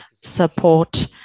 support